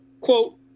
quote